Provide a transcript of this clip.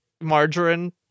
margarine